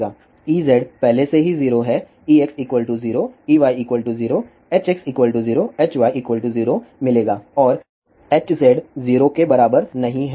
Ez पहले से ही 0 है Ex 0 Ey 0 Hx 0 Hy 0 मिलेगा और Hz 0 के बराबर नहीं है